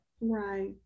right